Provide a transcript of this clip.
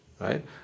right